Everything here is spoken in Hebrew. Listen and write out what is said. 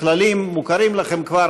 הכללים מוכרים לכם כבר,